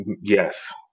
yes